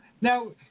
Now